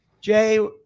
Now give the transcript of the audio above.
Jay